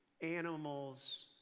animals